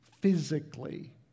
physically